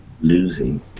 losing